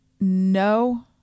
No